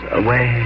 away